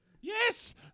Yes